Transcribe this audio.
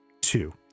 Two